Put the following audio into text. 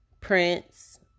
Prince